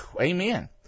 Amen